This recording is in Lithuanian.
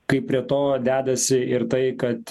kaip prie to dedasi ir tai kad